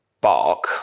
bark